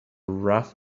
rough